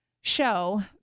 show